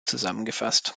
zusammengefasst